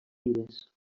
vives